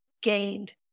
gained